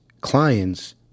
Clients